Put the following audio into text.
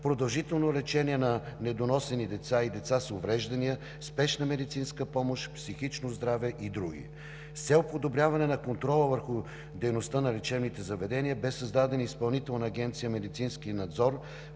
продължително лечение на недоносени деца и деца с увреждания, спешна медицинска помощ, психично здраве и други. С цел подобряване на контрола върху дейността на лечебните заведения бе създадена Изпълнителна агенция „Медицински надзор“,